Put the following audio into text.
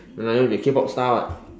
no lah you want to be a K-Pop star [what]